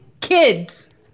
kids